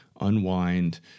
unwind